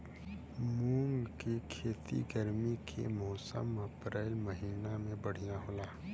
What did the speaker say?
मुंग के खेती गर्मी के मौसम अप्रैल महीना में बढ़ियां होला?